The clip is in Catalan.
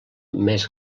més